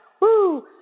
Woo